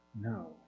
No